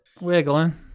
wiggling